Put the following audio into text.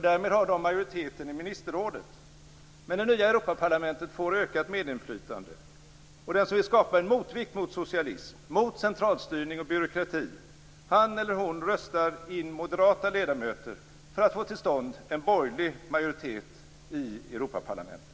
Därmed har de majoriteten i ministerrådet. Men det nya Europaparlamentet får ökat medinflytande. Den som vill skapa en motvikt mot socialism, mot centralstyrning och byråkrati, röstar in moderata ledamöter för att få till stånd en borgerlig majoritet i Europaparlamentet.